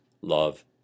Love